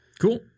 Cool